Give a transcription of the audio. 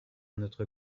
notre